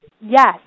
Yes